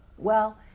well,